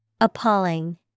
Appalling